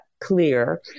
clear